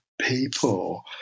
people